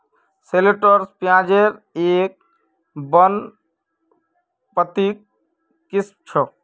shallots प्याज़ेर एक वानस्पतिक किस्म छ